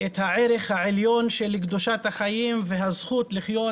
את הערך העליון של קדושת החיים והזכות לחיות